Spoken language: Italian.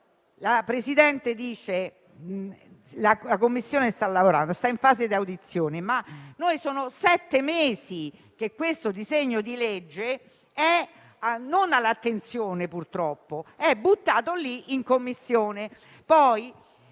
la Commissione sta lavorando e si è in fase di audizione, ma sono sette mesi che questo disegno di legge non è all'attenzione, purtroppo, ma è "buttato lì" in Commissione.